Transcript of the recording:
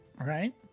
right